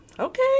okay